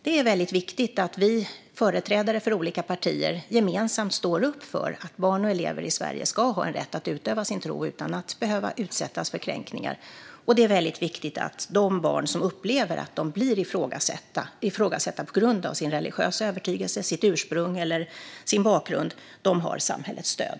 Det är väldigt viktigt att vi företrädare för olika partier gemensamt står upp för att barn och elever i Sverige ska ha rätt att utöva sin tro utan att behöva utsättas för kränkningar. Det är också väldigt viktigt att de barn som upplever att de blir ifrågasatta på grund av sin religiösa övertygelse, sitt ursprung eller sin bakgrund har samhällets stöd.